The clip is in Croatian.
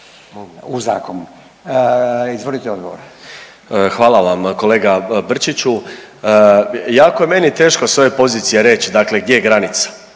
Marin (MOST)** Hvala vam kolega Brčiću, jako je meni teško s ove pozicije reći dakle gdje je granica.